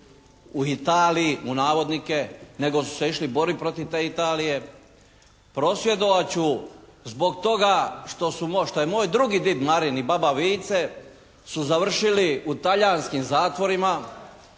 u Italiji, u navodnike nego su se išli borit protiv te Italije. Prosvjedovat ću zbog toga što su, što je moj drugi did Marin i baba Vice su završili u talijanskim zatvorima.